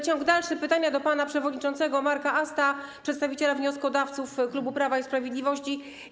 Ciąg dalszy pytania do pana przewodniczącego Marka Asta, przedstawiciela wnioskodawców Klubu Prawa i Sprawiedliwości: